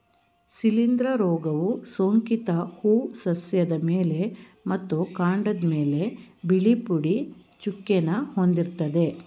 ಶಿಲೀಂಧ್ರ ರೋಗವು ಸೋಂಕಿತ ಹೂ ಸಸ್ಯದ ಎಲೆ ಮತ್ತು ಕಾಂಡದ್ಮೇಲೆ ಬಿಳಿ ಪುಡಿ ಚುಕ್ಕೆನ ಹೊಂದಿರ್ತದೆ